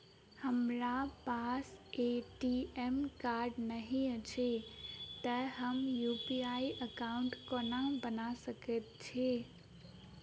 हमरा पास ATM card नहि अछि तए हम यु.पी.आई एकॉउन्ट कोना बना सकैत छी